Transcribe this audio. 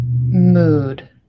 mood